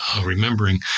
remembering